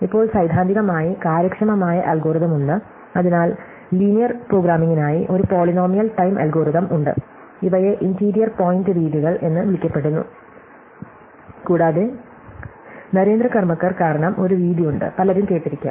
ഇപ്പോൾ സൈദ്ധാന്തികമായി കാര്യക്ഷമമായ അൽഗോരിതം ഉണ്ട് അതിനാൽ ലീനിയർ പ്രോഗ്രാമിംഗിനായി ഒരു പോളിനോമിയൽ ടൈം അൽഗോരിതം ഉണ്ട് ഇവയെ ഇന്റീരിയർ പോയിന്റ് രീതികൾ എന്ന് വിളിക്കപ്പെടുന്നു കൂടാതെ നരേന്ദ്ര കർമാർക്കർ കാരണം ഒരു രീതി ഉണ്ട് പലരും കേട്ടിരിക്കാം